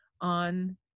on